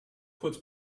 kurz